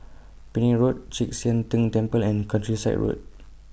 Penang Road Chek Sian Tng Temple and Countryside Road